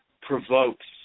provokes